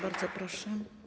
Bardzo proszę.